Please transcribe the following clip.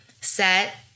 set